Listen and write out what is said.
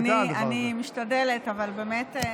אני משתדלת, אבל באמת.